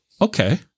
Okay